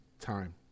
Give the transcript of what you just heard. time